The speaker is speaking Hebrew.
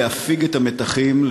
להפיג את המתחים,